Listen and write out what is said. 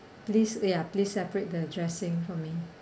please ya please separate the dressing for me